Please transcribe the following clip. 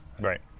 Right